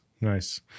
Nice